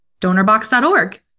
Donorbox.org